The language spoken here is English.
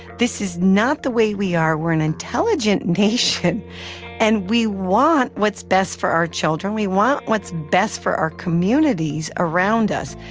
this is not the way we are. we're an intelligent nation and we want what's best for our children. we want what's best for our communities around us,